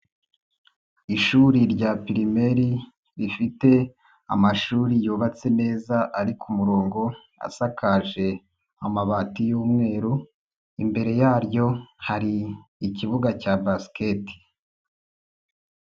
Ishuri rya pirimeri rifite amashuri yubatse neza ari ku murongo asakaje amabati y'umweru, imbere yaryo hari ikibuga cya basiketi.